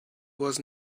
was